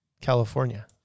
California